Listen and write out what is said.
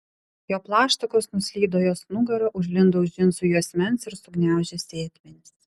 jo plaštakos nuslydo jos nugara užlindo už džinsų juosmens ir sugniaužė sėdmenis